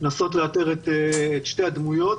לנסות לאתר את שתי הדמויות.